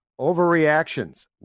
overreactions